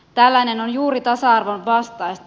tällainen on juuri tasa arvon vastaista